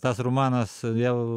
tas romanas vėl